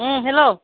hello